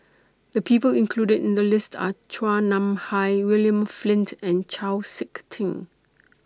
The People included in The list Are Chua Nam Hai William Flint and Chau Sik Ting